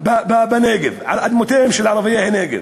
בנגב על אדמותיהם של ערביי הנגב?